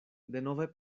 denove